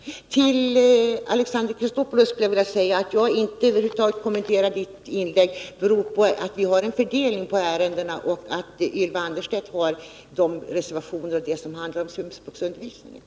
Till Alexander Chrisopoulos skulle jag vilja säga att jag inte vill kommentera hans inlägg, beroende på att vi har en sådan fördelning av ärendena att det är Ylva Annerstedt som tar upp de reservationer som handlar om hemspråksundervisningen.